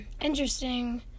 Interesting